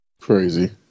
Crazy